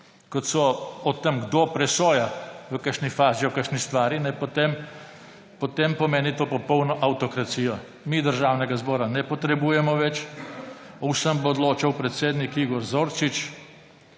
stvari, kdo presoja v kakšni fazi o kakšni stvari, potem pomeni to popolno avtokracijo. Mi Državnega zbora ne potrebujemo več, o vsem bo odločal predsednik Igor Zorčič: